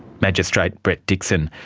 magistrate brett dixon.